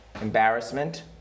embarrassment